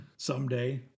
Someday